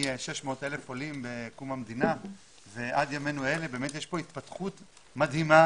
מ-600,000 עולים בקום המדינה ועד ימינו אלה יש פה התפתחות מדהימה,